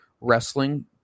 wrestling